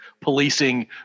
policing